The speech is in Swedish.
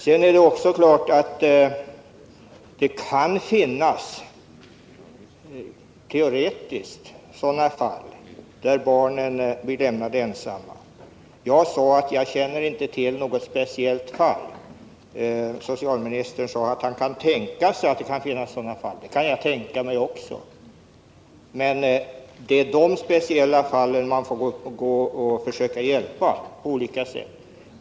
Sedan är det också klart att det kan finnas, teoretiskt, fall där barnen blir lämnade ensamma. Jag sade att jag känner inte till något speciellt fall. Socialministern sade att han kan tänka sig att det finns sådana fall. Det kan jag tänka mig också. Men de speciella fallen får man försöka hjälpa på olika sätt.